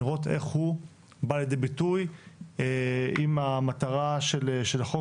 לראות איך הוא בא לידי ביטוי עם המטרה של החוק